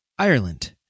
Ireland